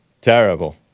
Terrible